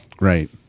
Right